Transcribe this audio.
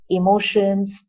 emotions